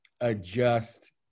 adjust